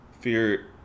fear